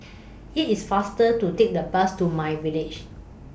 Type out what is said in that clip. IT IS faster to Take The Bus to My Village